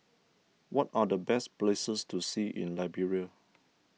what are the best places to see in Liberia